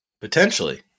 Potentially